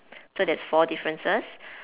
so that's four differences